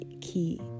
key